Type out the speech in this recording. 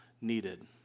needed